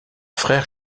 frère